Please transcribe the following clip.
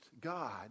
God